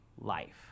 Life